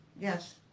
Yes